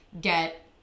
get